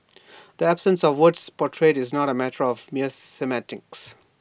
the absence of word portrayed is not A matter of mere semantics